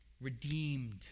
Redeemed